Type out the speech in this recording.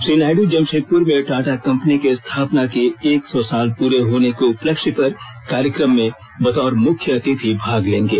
श्री नायडू जमषेदपुर में टाटा कंपनी की स्थापना के एक सौ साल पूरे होने के उपलक्ष्य पर कार्यक्रम में बतौर मुख्य अतिथि भाग लेंगे